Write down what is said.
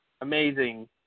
amazing